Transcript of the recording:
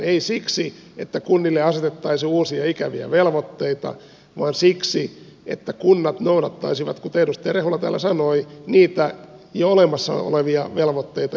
ei siksi että kunnille asetettaisiin uusia ikäviä velvoitteita vaan siksi että kunnat noudattaisivat kuten edustaja rehula täällä sanoi niitä jo olemassa olevia velvoitteita jotka lainsäädäntö on heille asettanut